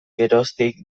geroztik